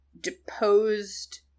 deposed